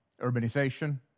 Urbanization